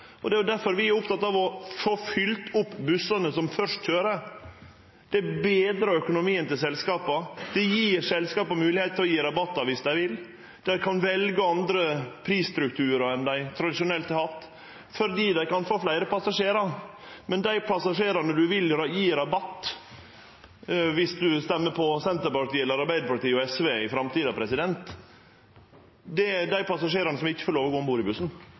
og det er difor vi er opptekne av å få fylt opp bussane når dei først køyrer. Det betrar økonomien til selskapa, og det gjev selskapa moglegheit til å gje rabattar om dei vil. Dei kan velje andre prisstrukturar enn dei tradisjonelt har hatt – fordi dei kan få fleire passasjerar. Men dei passasjerane ein vil gje rabatt om ein stemmer på Senterpartiet, Arbeidarpartiet eller SV i framtida, er dei passasjerane som ikkje får lov til å gå om bord i bussen.